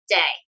day